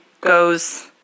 goes